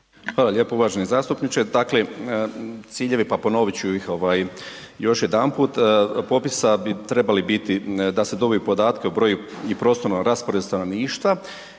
Hvala lijepo. Uvaženi zastupniče, dakle ciljevi, pa ponovit ću ih još jedanput, popisa bi trebali biti da se dobe podatke o broju i prostornom rasporedu stanovništva